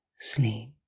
sleep